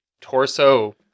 torso